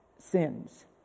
sins